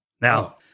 Now